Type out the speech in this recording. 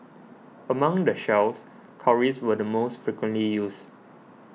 among the shells cowries were the most frequently used